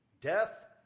Death